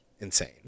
insane